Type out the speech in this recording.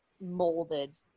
molded